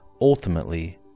Ultimately